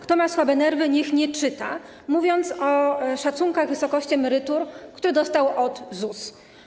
Kto ma słabe nerwy, niech nie czyta”, mówiąc o szacunkach wysokości emerytur, które dostał od ZUS.